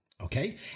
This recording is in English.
okay